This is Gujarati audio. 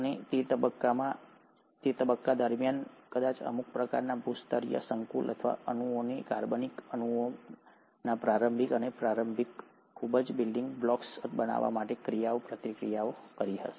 અને તે આ તબક્કા દરમિયાન છે કે કદાચ અમુક પ્રકારના ભૂસ્તરશાસ્ત્રીય સંકુલ અથવા અણુઓએ કાર્બનિક અણુઓના પ્રારંભિક અને પ્રારંભિક ખૂબ જ બિલ્ડીંગ બ્લોક્સ બનાવવા માટે ક્રિયાપ્રતિક્રિયા કરી હશે